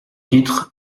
titre